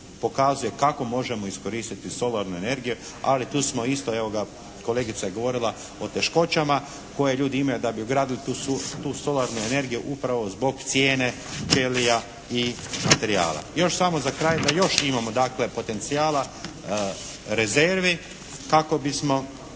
pokazuje kako možemo iskoristiti solarnu energiju, ali tu smo isto evo ga kolegica je govorila o teškoćama koje ljudi imaju da bi ugradili tu solarnu energiju upravo zbog cijene ćelija i materijala. Još samo za kraj da još imamo dakle potencijala rezervi kako bismo